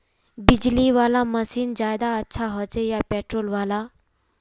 बिजली वाला मशीन ज्यादा अच्छा होचे या पेट्रोल वाला?